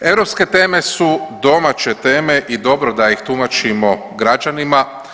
Europske teme su domaće teme i dobro da ih tumačimo građanima.